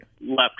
left